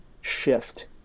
shift